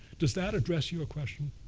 does that address your question?